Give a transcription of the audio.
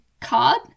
Card